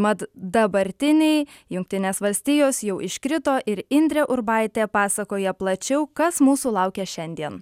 mat dabartiniai jungtinės valstijos jau iškrito ir indrė urbaitė pasakoja plačiau kas mūsų laukia šiandien